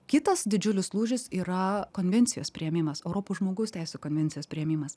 kitas didžiulis lūžis yra konvencijos priėmimas europos žmogaus teisių konvencijos priėmimas